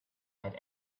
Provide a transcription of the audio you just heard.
had